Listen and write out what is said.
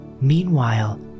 Meanwhile